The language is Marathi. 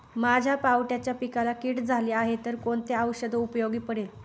माझ्या पावट्याच्या पिकाला कीड झाली आहे तर कोणते औषध उपयोगी पडेल?